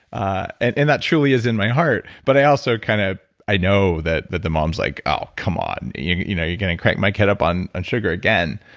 ah and and that truly is in my heart, but i also kind of know that that the mom's like, oh, come on. you know you're going to crank my kid up on on sugar again.